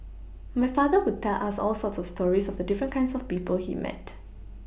my father would tell us all sorts of stories of the different kinds of people he met